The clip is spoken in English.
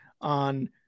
on –